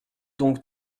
donc